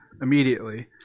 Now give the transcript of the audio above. immediately